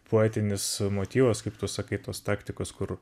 poetinis motyvas kaip tu sakai tos taktikos kur